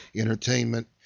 entertainment